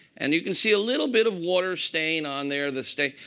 and you can see a little bit of water stain on there that stayed,